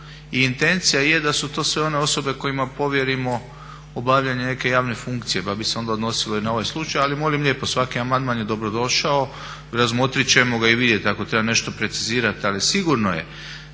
I intencija je da su to sve one osobe kojima povjerimo obavljanje neke javne funkcije pa bi se onda odnosilo i na ovaj slučaj. Ali molim lijepo, svaki amandman je dobro došao, razmotriti ćemo ga i vidjeti ako treba nešto precizirati. Ali sigurno je